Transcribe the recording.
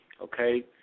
Okay